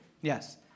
Yes